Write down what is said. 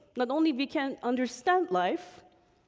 like only we can understand life,